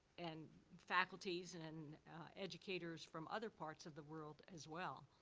and faculties and and educators from other parts of the world as well.